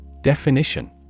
Definition